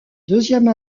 deuxième